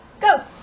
Go